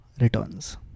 returns